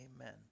Amen